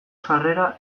sarera